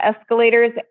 escalators